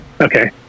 Okay